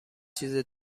چیز